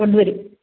കൊണ്ട് തരും